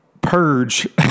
purge